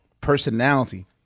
personality